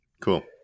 Cool